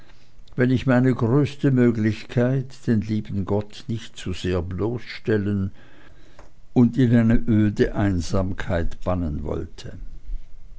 wenn ich meine größte möglichkeit den lieben gott nicht zu sehr bloßstellen und in eine öde einsamkeit bannen wollte